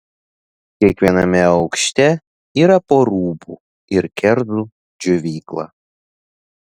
kiekviename aukšte yra po rūbų ir kerzų džiovyklą